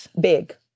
Big